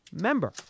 member